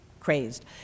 crazed